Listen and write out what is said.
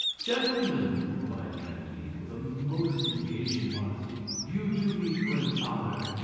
gentlemen, replied candide, with a most engaging modesty, you do me great honour,